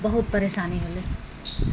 बहुत परेशानी होलय